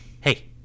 Hey